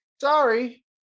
Sorry